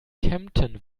kempten